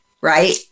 right